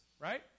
right